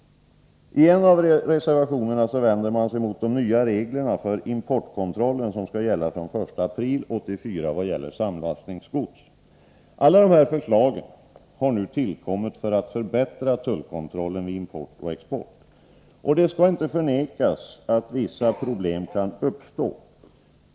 I en av reservationerna vänder man sig mot de nya regler för importkontroll som skall gälla fr.o.m. den 1 april 1984 vad gäller samlastningsgods. Dessa förslag har tillkommit för att förbättra tullkontrollen vid import och export. Det skall inte förnekas att vissa problem kan uppstå.